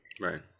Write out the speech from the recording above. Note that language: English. Right